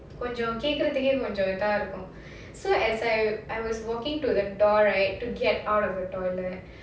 கொஞ்ச கேக்கிறதுக்கே கொஞ்ச இதா இருக்கும்:konja kekurathukae konja itha irukum so as I was walking to the door right to get out of the toilet